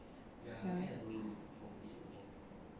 ya